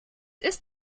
ist